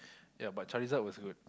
ya but Charizard was good